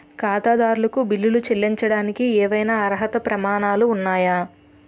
ఖాతాదారులకు బిల్లులు చెల్లించడానికి ఏవైనా అర్హత ప్రమాణాలు ఉన్నాయా?